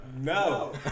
No